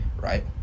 right